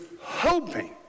hoping